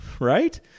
right